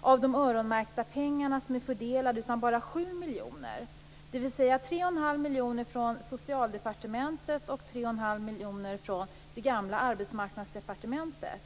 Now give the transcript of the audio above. av de öronmärkta pengarna som är fördelade, utan bara 7 miljoner, dvs. 3 1⁄2 miljon från Socialdepartementet och 3 1⁄2 miljon från det gamla Arbetsmarknadsdepartementet.